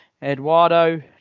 Eduardo